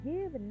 Give